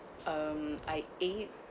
um I ate